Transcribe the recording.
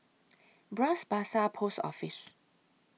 Bras Basah Post Office